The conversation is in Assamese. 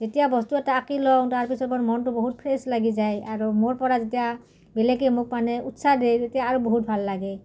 যেতিয়া বস্তু এটা আঁকি লওঁ তাৰপিছত মোৰ মনটো বহুত ফ্ৰেছ লাগি যায় আৰু মোৰ পৰা যেতিয়া বেলেগে মোক মানে উৎসাহ দিয়ে তেতিয়া আৰু বহুত ভাল লাগে